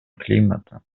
климата